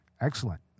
Excellent